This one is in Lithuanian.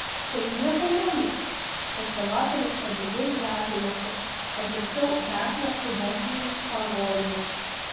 bet nieko nauja konservatoriai stabiliai gąsdinasi o tiksliau gąsdina raudonligės pavojumi